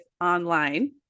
online